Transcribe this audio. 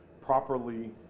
properly